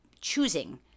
choosing